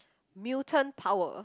mutant power